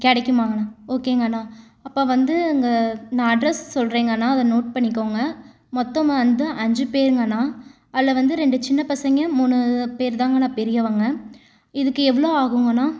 கிடைக்குமாங்கண்ணா ஓகேங்கண்ணா அப்போ வந்து அந்த நான் அட்ரஸ் சொல்கிறேங்கண்ணா அதை நோட் பண்ணிக்கங்க மொத்தமாக வந்து அஞ்சு பேர்ங்கண்ணா அதில் வந்து ரெண்டு சின்ன பசங்க மூணு பேர்தாங்கண்ணா பெரியவங்க இதுக்கு எவ்வளோ ஆகுங்கண்ணா